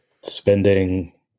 spending